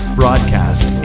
broadcast